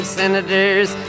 senators